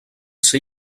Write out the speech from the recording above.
ser